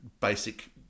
basic